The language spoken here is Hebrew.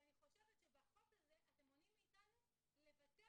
אני חושבת שבחוק הזה אתם מונעים מאתנו לבצע